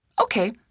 Okay